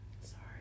Sorry